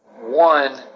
one